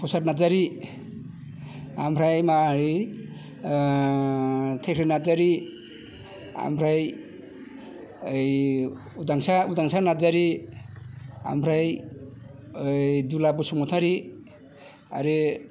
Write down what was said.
प्रसाद नारजारि आमफ्राय मा ओय थेख्रे नारजारि आमफ्राय उदांसा उदांसा नारजारि आमफ्राय दुला बसुमथारि आरो